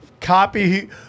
copy